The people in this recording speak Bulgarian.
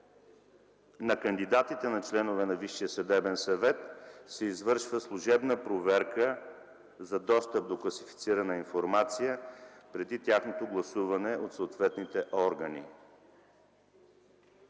„На кандидатите за членове на Висшия съдебен съвет се извършва служебна проверка за достъп до класифицирана информация преди тяхното гласуване от съответните органи.”